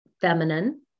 feminine